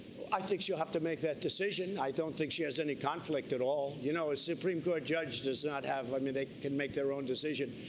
i think she'll have to make that decision. i don't think she has any conflict at all. you know, a supreme court judge does not have i mean they can make their own decision.